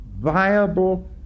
viable